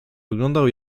wyglądał